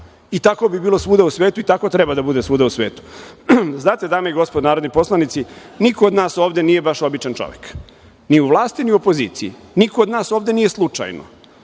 I tako bi bilo svuda u svetu i tako treba da bude svuda u svetu. Dame i gospodo narodni poslanici, znate, niko od nas ovde nije baš običan čovek, ni u vlasti, ni u opoziciji. Niko od nas ovde nije slučajno.